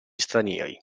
stranieri